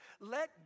Let